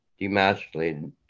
demasculated